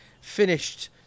finished